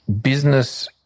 Business